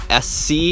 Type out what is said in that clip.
sc